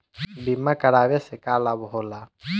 बीमा करावे से का लाभ होला?